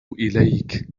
إليك